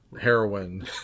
Heroin